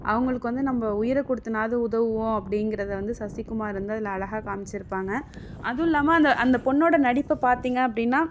அவங்களுக்கு வந்து நம்ம உயிரை கொடுத்துனாவுது உதவுவோம் அப்படிங்கிறத வந்து சசிகுமார் வந்து அதில் அழகாக காமிச்சிருப்பாங்க அதுவும் இல்லாமல் அந்த அந்த பொண்ணோடய நடிப்பை பார்த்திங்க அப்படின்னா